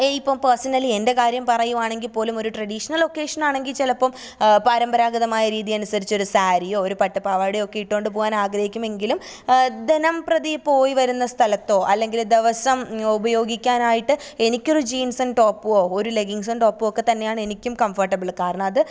ഇപ്പം പേഴ്സണലീ എൻ്റെ കാര്യം പറയുവാണെങ്കിൽ പോലും ഒര് ട്രഡീഷണൽ ഒക്കേഷനാണെങ്കിൽ ചിലപ്പോൾ പാരമ്പരാഗതമായ ഒര് രീതി അനുസരിച്ചൊര് സാരിയോ ഒര് പട്ട്പാവാടയോ ഒക്കെ ഇട്ടുകൊണ്ട് പോവാനാഗ്രഹിക്കുമെങ്കിലും ദിനം പ്രതി പോയി വരുന്ന സ്ഥലത്തോ അല്ലെങ്കില് ദിവസം ഉപയോഗിക്കാനായിട്ട് എനിക്കൊര് ജീൻസ്സും ടോപ്പുവോ ഒരു ലഗിൻസ്സും ടോപ്പുവോ ഒക്കെത്തന്നെയാണെനിക്കും കംഫർട്ടബിള് കാരണം അത്